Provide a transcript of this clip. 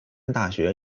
大学